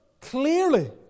clearly